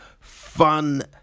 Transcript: fun